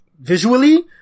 visually